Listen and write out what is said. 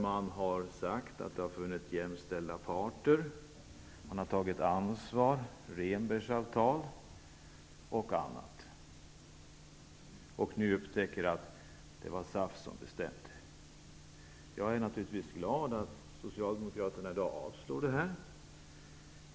Man har sagt att det har funnits jämställda parter och att det har tagits ansvar -- Rehnbergsavtal, osv. Och nu upptäcker man att det var SAF som bestämde. Jag är naturligtvis glad att Socialdemokraterna i dag tar avstånd ifrån det här.